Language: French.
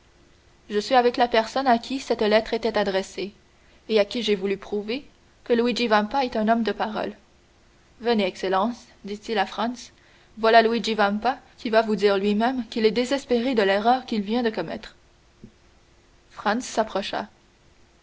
je suis avec la personne à qui cette lettre était adressée et à qui j'ai voulu prouver que luigi vampa est un homme de parole venez excellence dit-il à franz voilà luigi vampa qui va vous dire lui-même qu'il est désespéré de l'erreur qu'il vient de commettre franz s'approcha